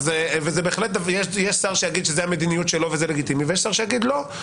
יש שר שיגיד שזאת המדיניות שלו וזה לגיטימי ויש שר שיגיד לא,